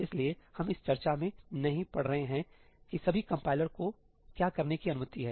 इसलिए हम इस चर्चा में नहीं पड़ रहे हैं कि सभी कंपाइलर को क्या करने की अनुमति है